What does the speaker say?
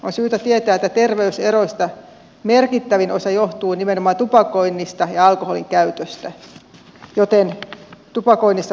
on syytä tietää että terveyseroista merkittävin osa johtuu nimenomaan tupakoinnista ja alkoholinkäytöstä joten tupakoinnista pitää puhua